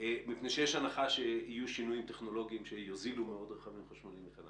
זה מפני שיש הנחה שיהיו שינויים טכנולוגיים שיוזילו מאוד רכבים חשמליים.